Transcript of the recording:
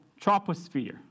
troposphere